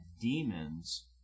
demons